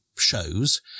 shows